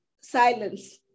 silence